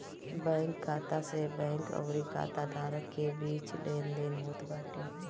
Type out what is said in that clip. bank खाता से bank अउरी खाता धारक के बीच लेनदेन होत बाटे